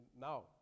now